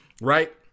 right